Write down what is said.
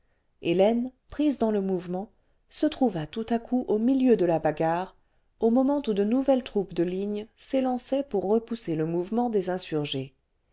hélène prise dans le mouvement se trouva tout à coup au milieu cle la bagarre au moment où de nouvelles troupes de ligne s'élançaient pour repousser le mouvement des insurgés